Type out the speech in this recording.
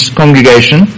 congregation